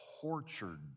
tortured